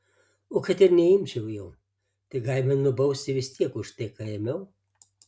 o kad ir neimčiau jau tai gali mane nubausti vis tiek už tai ką ėmiau